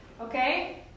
Okay